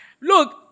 Look